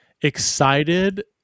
excited